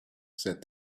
said